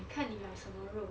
看妳买什么肉